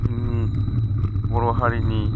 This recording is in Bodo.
जोंनि बर' हारिनि